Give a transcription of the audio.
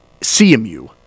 CMU